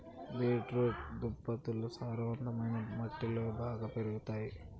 beet root దుంపలు సారవంతమైన మట్టిలో బాగా పెరుగుతాయి